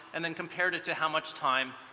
and then compared it to how much time